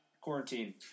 quarantine